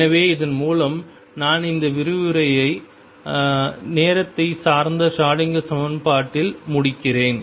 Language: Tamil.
எனவே இதன் மூலம் நான் இந்த விரிவுரையை நேரத்தை சார்ந்த ஷ்ரோடிங்கர் சமன்பாட்டில் முடிக்கிறேன்